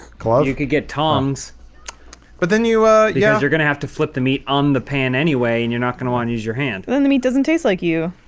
well ah you could get tongs but then you ah yeah you're gonna have to flip the meat on the pan anyway and you're not gonna want to use your hand then the meat doesn't taste like you.